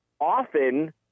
often